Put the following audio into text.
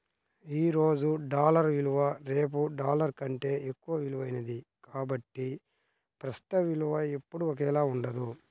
ఈ రోజు డాలర్ విలువ రేపు డాలర్ కంటే ఎక్కువ విలువైనది కాబట్టి ప్రస్తుత విలువ ఎప్పుడూ ఒకేలా ఉండదు